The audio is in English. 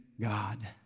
God